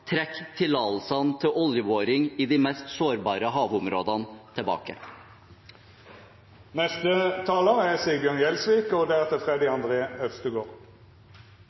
trekke tillatelsene til oljeboring i de mest sårbare havområdene tilbake.